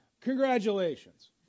Congratulations